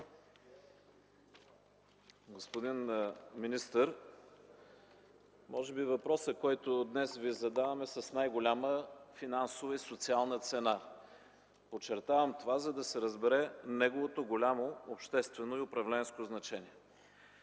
Господин министър, може би въпросът, който днес Ви задавам, е с най-голяма финансова и социална цена. Подчертавам това, за да се разбере неговото голямо обществено и управленско значение.